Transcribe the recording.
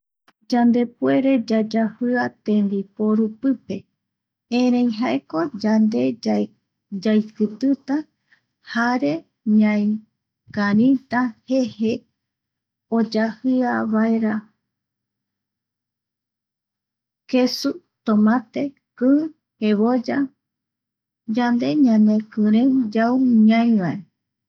Yandepuere yayajia tembiporu pipe, erei jaeko yande yaiikitita jare ñai, karita jeje oyajia vaera (pausa) kesu, tomate, ki, jevoya yande ñanekirei yau ñai vae.